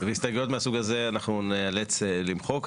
הסתייגויות מהסוג הזה אנחנו ניאלץ למחוק.